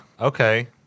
Okay